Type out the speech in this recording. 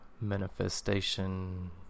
manifestation